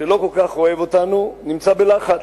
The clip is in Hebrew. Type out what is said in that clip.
שלא כל כך אוהב אותנו, נמצא בלחץ.